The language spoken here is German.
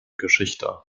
geschichte